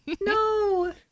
no